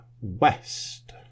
West